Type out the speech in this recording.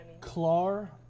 Clar